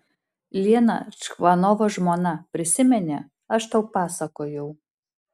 lena čvanovo žmona prisimeni aš tau pasakojau